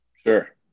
Sure